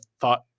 thought